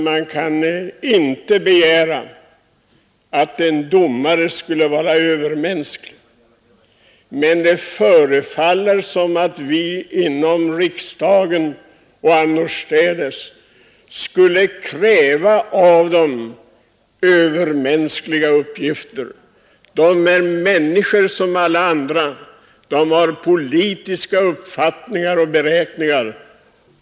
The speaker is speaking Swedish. Man kan inte begära att en domare skall vara övermänsklig, men det förefaller som om vi inom riksdagen och annorstädes skulle lägga övermänskliga uppgifter på dem. De är emellertid människor som alla andra, de har politiska uppfattningar och tankegångar.